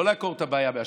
לא לעקור את הבעיה מהשורש,